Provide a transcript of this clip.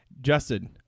Justin